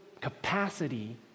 capacity